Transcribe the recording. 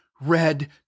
red